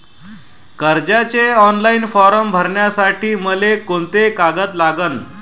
कर्जाचे online form भरासाठी मले कोंते कागद लागन?